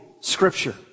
Scripture